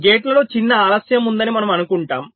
గేట్లలో చిన్న ఆలస్యం ఉందని మనము అనుకుంటాము